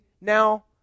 now